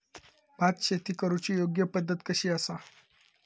भात शेती करुची योग्य पद्धत कशी आसा?